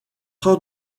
heures